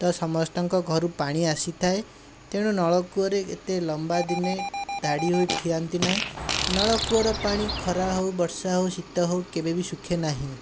ତ ସମସ୍ତଙ୍କ ଘରୁ ପାଣି ଆସିଥାଏ ତେଣୁ ନଳକୂଅରେ ଏତେ ଲମ୍ବା ଦିନେ ଧାଡ଼ି ହୋଇ ଠିଆ ହୁଅନ୍ତି ନାହିଁ ନଳକୂଅର ପାଣି ଖରା ହଉ ବର୍ଷା ହଉ ଶୀତ ହଉ କେବେ ବି ଶୁଖେ ନାହିଁ